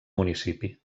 municipi